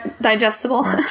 Digestible